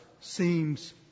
seems